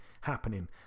happening